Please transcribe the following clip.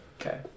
Okay